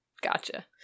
Gotcha